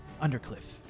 Undercliff